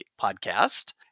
podcast